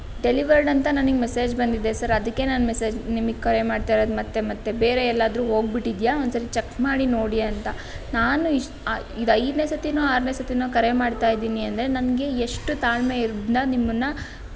delivered ಅಂತ ನನಗೆ message ಬಂದಿದೆ ಸರ್ ಅದಕ್ಕೆ ನಾನು ಮೆಸೇಜ್ ನಿಮಗೆ ಕರೆ ಮಾಡ್ತಾ ಇರೋದು ಮತ್ತೆ ಮತ್ತೆ ಬೇರೆ ಎಲ್ಲಾದರೂ ಹೋಗಿಬಿಟ್ಟಿದೆಯಾ ಒಂದು ಸರಿ ಚೆಕ್ ಮಾಡಿ ನೋಡಿ ಅಂತ ನಾನು ಇಷ್ ಇದು ಐದನೇ ಸತಿನೋ ಆರನೇ ಸತಿನೋ ಕರೆ ಮಾಡ್ತಾ ಇದ್ದೀನಿ ಅಂದರೆ ನನಗೆ ಎಷ್ಟು ತಾಳ್ಮೆ ಇರ್ ಇಂದ ನಿಮ್ಮನ್ನು